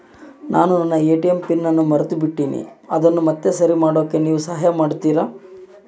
ನಾನು ನನ್ನ ATM PIN ಅನ್ನು ಮರೆತುಬಿಟ್ಟೇನಿ ಅದನ್ನು ಮತ್ತೆ ಸರಿ ಮಾಡಾಕ ನೇವು ಸಹಾಯ ಮಾಡ್ತಿರಾ?